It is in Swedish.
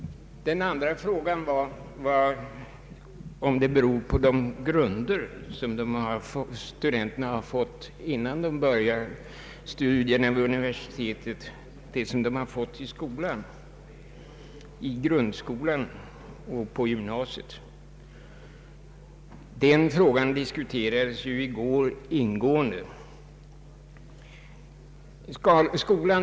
En annan fråga är om svårigheterna beror på de grunder som studenterna fått innan de börjat studierna vid universiteten, nämligen i grundskolan och i gymnasiet. Den frågan diskuterades ingående i går.